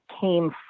came